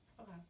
Okay